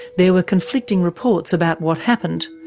there were conflicting reports about what happened,